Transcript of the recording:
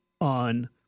on